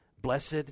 Blessed